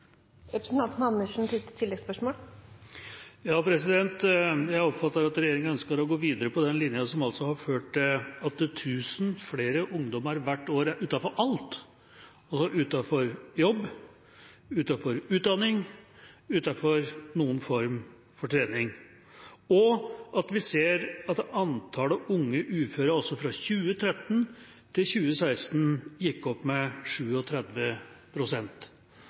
Jeg oppfatter at regjeringa ønsker å gå videre på den linja som har ført til at tusen flere ungdommer hvert år er utenfor alt – altså uten jobb, uten utdanning, uten noen form for trening. Og vi ser at antallet unge uføre fra 2013 til 2016 gikk opp med